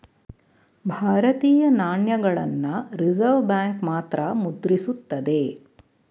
ಭಾರತೀಯ ನಾಣ್ಯಗಳನ್ನ reserve bank ಮಾತ್ರ ಮುದ್ರಿಸುತ್ತದೆ